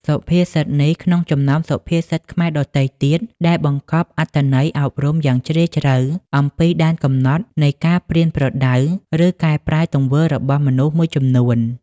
សុភាពសិតនេះក្នុងចំណោមសុភាសិតខ្មែរដទៃទៀត ដែលបង្កប់អត្ថន័យអប់រំយ៉ាងជ្រាលជ្រៅអំពីដែនកំណត់នៃការប្រៀនប្រដៅ ឬកែប្រែទង្វើរបស់មនុស្សមួយចំនួន។